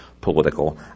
political